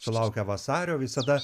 sulaukę vasario visada